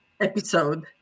episode